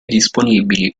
disponibili